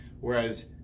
Whereas